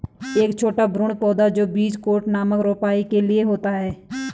एक छोटा भ्रूण पौधा जो बीज कोट नामक रोपाई के लिए होता है